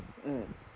mm